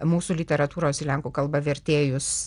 mūsų literatūros į lenkų kalbą vertėjus